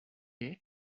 est